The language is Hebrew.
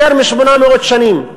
יותר מ-800 שנים,